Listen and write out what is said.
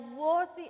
worthy